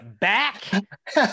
back